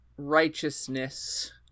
righteousness